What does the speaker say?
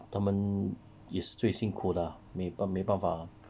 他们也是最辛苦的 lah 没办没办法